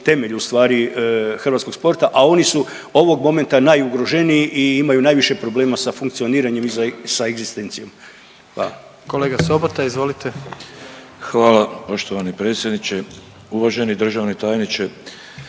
temelj ustvari hrvatskog sporta, a oni su ovog momenta najugroženiji i imaju najviše problema sa funkcioniranjem i sa egzistencijom, hvala. **Jandroković, Gordan (HDZ)** Kolega Sobota, izvolite. **Sobota, Darko (HDZ)** Hvala poštovani predsjedniče. Uvaženi državni tajniče,